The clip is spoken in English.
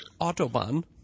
Autobahn